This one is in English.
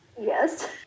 Yes